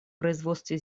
производстве